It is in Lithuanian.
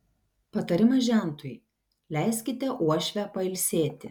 patarimas žentui leiskite uošvę pailsėti